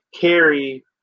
carry